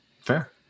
fair